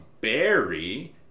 berry